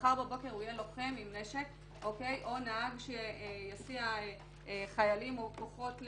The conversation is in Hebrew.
מחר בבוקר הוא יהיה לוחם עם נשק או נהג שיסיע חיילים או כוחות,